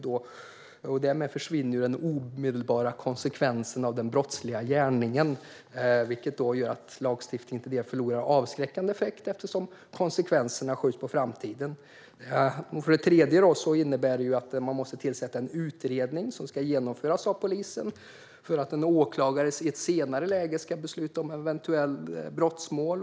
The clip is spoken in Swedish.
Därmed försvinner också den omedelbara konsekvensen av den brottsliga gärningen, vilket gör att lagstiftningen tenderar att förlora sin avskräckande effekt eftersom konsekvenserna skjuts på framtiden. För det tredje: Detta innebär att man måste tillsätta en utredning som ska genomföras av polisen för att en åklagare i ett senare läge ska besluta om eventuellt brottsmål.